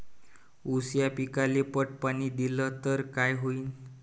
ऊस या पिकाले पट पाणी देल्ल तर काय होईन?